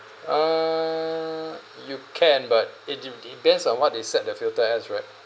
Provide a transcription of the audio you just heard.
uh you can but it de~ depends on what they set their filter as right